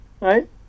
right